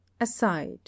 aside